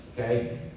okay